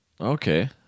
okay